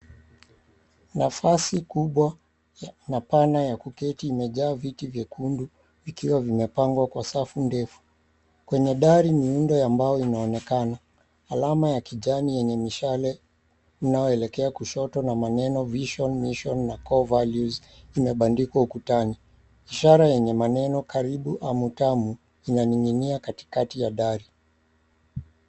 Nafasi kubwa na pana ya kuketi imejaa viti vyekundu vikiwa vimepangwa kwa safu ndefu. Kwenye dari miundo ya mbao inaonekana. Alama ya kijani yenye mishale unaoelekea kushoto na maneno; (cs)Vision, Mission(cs) na (cs)Core Values(cs) imebandikwa ukutani. Ishara yenye maneno; Karibu Amu Tamu inaning'inia katikati ya dari.